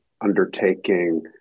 undertaking